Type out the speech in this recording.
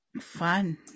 Fun